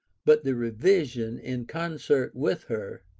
but the revision, in concert with her,